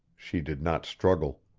she did not struggle.